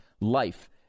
life